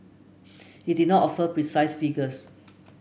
he did not offer precise figures